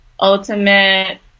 ultimate